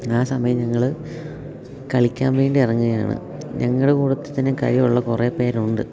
ആ സമയം ഞങ്ങള് കളിക്കാൻ വേണ്ടി ഇറങ്ങുകയാണ് ഞങ്ങളുടെ കൂട്ടത്തിൽ തന്നെ കഴിവുള്ള കുറെ പേരുണ്ട്